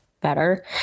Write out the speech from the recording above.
better